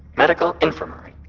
medical infirmary.